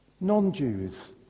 non-Jews